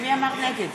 מי אמר נגד?